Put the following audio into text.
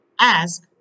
ask